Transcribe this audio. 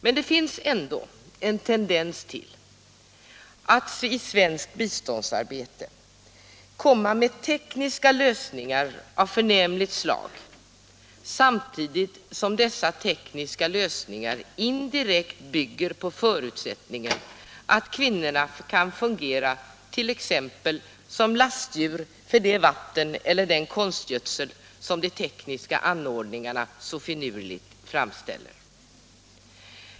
Men det finns ändå en tendens till att i svenskt biståndsarbete komma med tekniska lösningar av förnämligt slag, samtidigt som dessa tekniska lösningar indirekt bygger på förutsättningen att kvinnorna kan fungera t.ex. som lastdjur för det vatten eller den konstgödsel som de tekniska anordningarna så finurligt framställer.